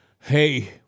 Hey